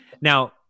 Now